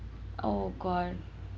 oh god